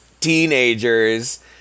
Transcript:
teenagers